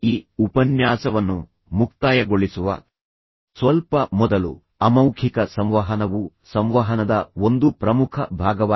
ಈ ಉಪನ್ಯಾಸವನ್ನು ಮುಕ್ತಾಯಗೊಳಿಸುವ ಸ್ವಲ್ಪ ಮೊದಲು ಅಮೌಖಿಕ ಸಂವಹನವು ಸಂವಹನದ ಒಂದು ಪ್ರಮುಖ ಭಾಗವಾಗಿದೆ